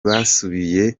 basubiye